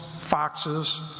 foxes